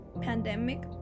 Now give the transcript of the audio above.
pandemic